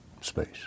space